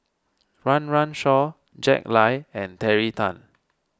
Run Run Shaw Jack Lai and Terry Tan